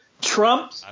Trump